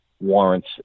warrants